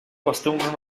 costums